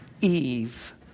Eve